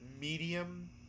medium